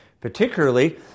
Particularly